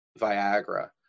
Viagra